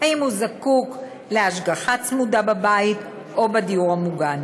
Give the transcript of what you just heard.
האם הוא זקוק להשגחה צמודה בבית או בדיור המוגן.